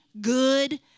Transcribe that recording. good